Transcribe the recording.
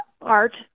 art